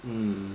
mm